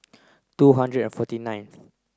two hundred and forty ninth